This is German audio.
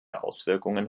auswirkungen